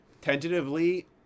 Tentatively